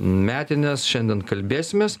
metines šiandien kalbėsimės